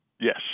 Yes